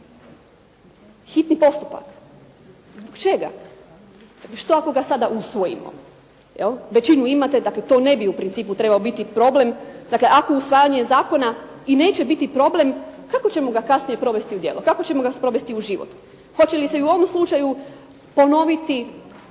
Hitni postupak. Zbog čega? Što ako ga sada usvojimo, većinu imate dakle to ne bi u principu trebao biti problem, dakle ako usvajanje zakona i neće biti problem, kako ćemo ga kasnije provesti u djelo, kako ćemo ga sprovesti u život. Hoće li se i u ovom slučaju ponoviti